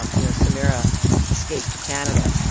um you know, samira escaped to canada,